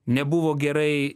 nebuvo gerai